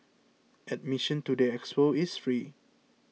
admission to the expo is free